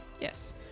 Yes